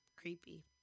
Creepy